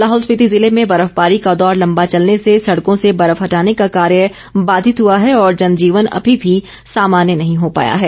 लाहौल स्पिति ज़िले में बर्फबारी का दौर लम्बा चलने से सड़कों से बर्फ हटाने का कार्य बाधित हुआ है और जनजीवन अभी भी सामान्य नहीं हो पाया है